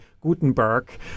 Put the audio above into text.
Gutenberg